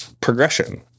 progression